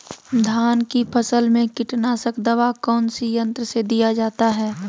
धान की फसल में कीटनाशक दवा कौन सी यंत्र से दिया जाता है?